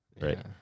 Right